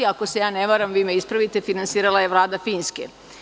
Ako se ja ne varam, vi me ispravite, finansirala je Vlada Finske.